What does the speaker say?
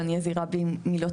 ואני אהיה זהירה במילותיי,